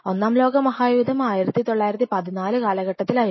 ഒന്നാം ലോകമഹായുദ്ധം 1914 കാലഘട്ടത്തിലായിരുന്നു